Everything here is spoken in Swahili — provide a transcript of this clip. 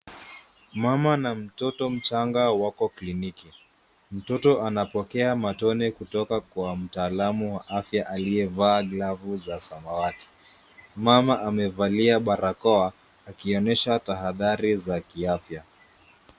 Mama na mtoto mchanga wako kliniki. Mtoto anapokea matone kutoka kwa mtaalamu wa afya aliyevaa glavu za samawati. Mama amevalia barakoa akionyesha tahadhari za kiafya.